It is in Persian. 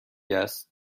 است